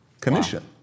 commission